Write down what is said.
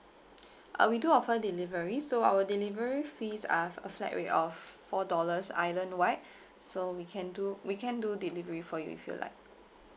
uh we do offer delivery so our delivery fees are a flat rate of four dollars island wide so we can do we can do delivery for you if you like